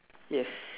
yes